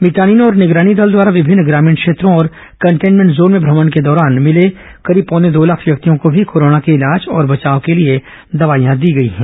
मितानिनों और निगरानी दल द्वारा विभिन्न ग्रामीण क्षेत्रों और कन्टेनमेंट जोन में भ्रमण के दौरान मिले करीब पौने दो लाख व्यक्तियों को भी कोरोना के इलाज और बचाव के लिए दवाईयां दी गई हैं